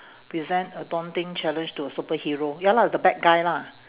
present a daunting challenge to a superhero ya lah the bad guy lah